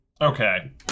Okay